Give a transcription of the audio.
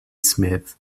smith